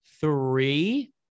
three